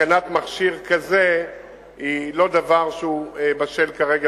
התקנת מכשיר כזה היא לא דבר שהוא בשל כרגע,